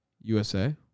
USA